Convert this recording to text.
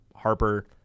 Harper